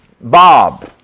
Bob